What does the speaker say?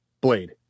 Blade